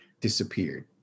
disappeared